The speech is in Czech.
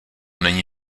není